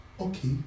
Okay